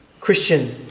Christian